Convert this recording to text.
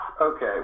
Okay